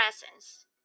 presence